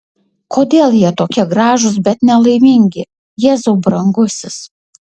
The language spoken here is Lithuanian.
kodėl jie tokie gražūs bet nelaimingi jėzau brangusis